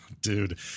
dude